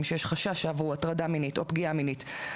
שיש חשש שעברו הטרדה מינית או פגיעה מינית,